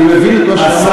אני מבין את מה שאמרת,